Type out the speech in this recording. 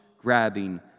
grabbing